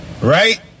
Right